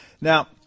Now